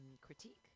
critique